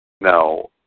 Now